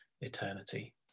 eternity